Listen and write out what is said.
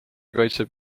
kaitseb